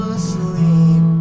asleep